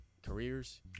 careers